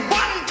one